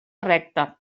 recta